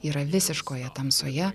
yra visiškoje tamsoje